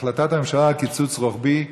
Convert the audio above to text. החלטת הממשלה על קיצוץ רוחבי,